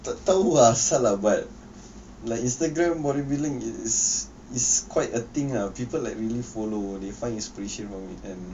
tak tahu asal lah but like instagram more revealing is is quite a thing ah people like really follow they find inspiration from it and